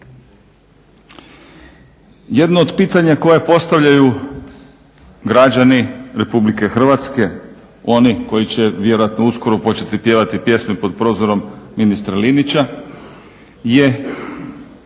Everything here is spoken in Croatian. Jedno od pitanja koje postavljaju građani RH oni koji će vjerojatno uskoro početi pjevati pjesme pod prozorom ministra Linića je